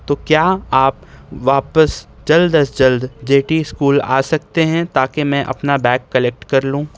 تو کیا آپ واپس جلد از جلد جے ٹی اسکول آ سکتے ہیں تاکہ میں اپنا بیگ کلیکٹ کر لوں